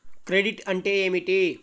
Credit అంటే ఏమిటి?